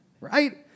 Right